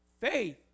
Faith